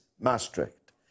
Maastricht